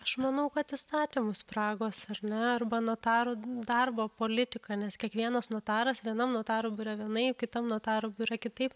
aš manau kad įstatymų spragos ar ne arba notarų darbo politiką nes kiekvienas notaras vienam notarų biure vienaip kitam notarų biurą kitaip